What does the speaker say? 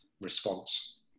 response